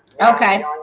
okay